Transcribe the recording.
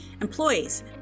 Employees